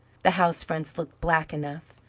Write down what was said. the house fronts looked black enough,